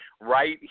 right